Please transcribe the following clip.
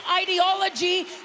ideology